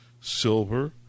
silver